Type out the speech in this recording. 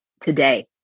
today